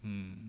mm